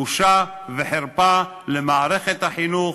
בושה וחרפה למערכת החינוך,